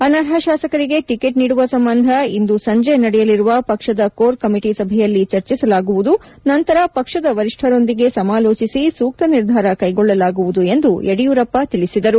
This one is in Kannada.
ಅನರ್ಹ ಶಾಸಕರಿಗೆ ಟೆಕೆಟ್ ನೀದುವ ಸಂಬಂಧ ಇಂದು ಸಂಜೆ ನಡೆಯಲಿರುವ ಪಕ್ಷದ ಕೋರ್ ಕಮಿಟಿ ಸಭೆಯಲ್ಲಿ ಚರ್ಚಿಸಲಾಗುವುದು ನಂತರ ಪಕ್ಷದ ವರಿಷ್ಠರೊಂದಿಗೆ ಸಮಾಲೋಚಿಸಿ ಸೂಕ್ತ ನಿರ್ಧಾರ ಕ್ಷೆಗೊಳ್ಳಲಾಗುವುದು ಎಂದು ಯಡಿಯೂರಪ್ಪ ತಿಳಿಸಿದರು